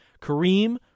Kareem